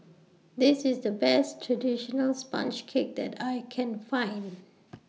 This IS The Best Traditional Sponge Cake that I Can Find